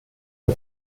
del